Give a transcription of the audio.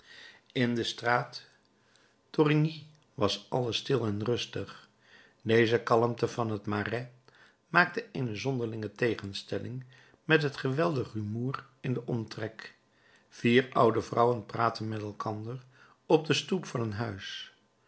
in de straat thorigny was alles stil en rustig deze kalmte van het marais maakte eene zonderlinge tegenstelling met het geweldig rumoer in den omtrek vier oude vrouwen praatten met elkander op de stoep van een huis